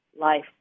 life